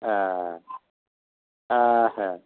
হ্যা হ্যাঁ হ্যাঁ